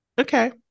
Okay